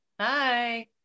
Hi